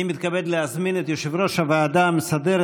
אני מתכבד להזמין את יושב-ראש הוועדה המסדרת